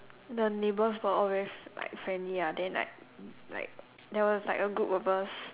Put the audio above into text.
the neighbours were all very like friendly ah then like like there was like a group of us